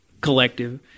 collective